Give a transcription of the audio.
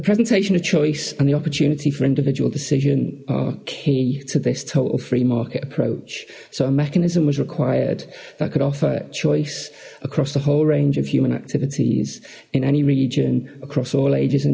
presentation of choice and the opportunity for individual decision are key to this total free market approach so a mechanism was required that could offer choice across the whole range of human activities in any region across all ages and